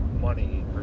money